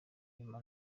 nyuma